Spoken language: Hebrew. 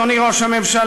אדוני ראש הממשלה,